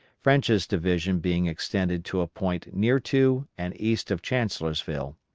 french's division being extended to a point near to and east of chancellorsville,